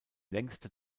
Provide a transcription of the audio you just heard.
längste